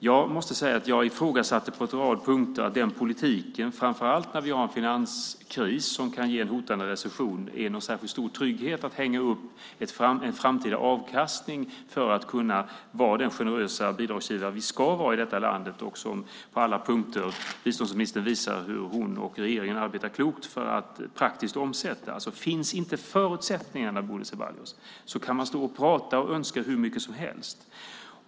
Jag ifrågasatte på en rad punkter om den politiken, framför allt när vi har en finanskris som kan ge en recession, är någon särskilt stor trygghet när det gäller en framtida avkastning för att kunna vara den generösa bidragsgivare vi i detta land ska vara. Biståndsministern visar hur hon och regeringen arbetar klokt för att praktiskt omsätta vår politik. Finns inte förutsättningarna, Bodil Ceballos, kan man stå och prata och önska hur mycket som helst.